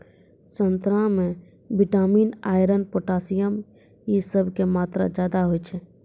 संतरा मे vitamin, iron, potassium इ सभ के मात्रा ज्यादा होय छै